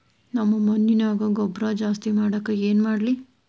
ನಮ್ಮ ಮಣ್ಣಿನ್ಯಾಗ ಗೊಬ್ರಾ ಜಾಸ್ತಿ ಮಾಡಾಕ ಏನ್ ಮಾಡ್ಲಿ?